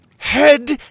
Head